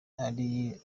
ari